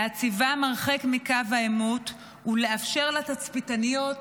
להציבם הרחק מקו העימות ולאפשר לתצפיתניות